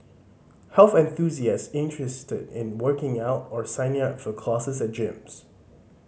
health enthusiasts interested in working out or signing up for classes at gyms